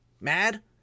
mad